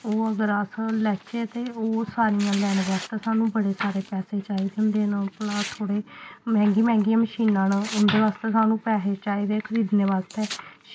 ओह् अगर अस लैच्चे ते ओह् सारियां लैने बास्तै सानू बड़े सारे पैसे चाहिदे होंदे न ओह् भला थोह्ड़ी मैंह्गी मैंह्गी मशीनां न उंदे बास्तै सानूं पैहे चाहिदे खरीदने बास्तै